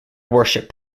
worship